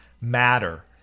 matter